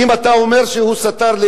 אם אתה אומר שהוא סטר,